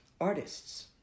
artists